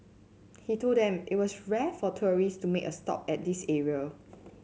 he told them it was rare for tourist to make a stop at this area